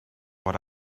what